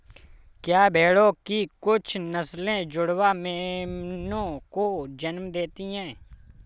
क्या भेड़ों की कुछ नस्लें जुड़वा मेमनों को जन्म देती हैं?